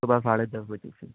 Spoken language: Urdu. صبح ساڑھے دس بجے سے